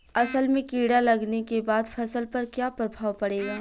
असल में कीड़ा लगने के बाद फसल पर क्या प्रभाव पड़ेगा?